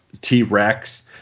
T-Rex